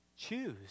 Choose